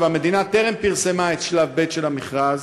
המדינה טרם פרסמה את שלב ב' של המכרז